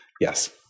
yes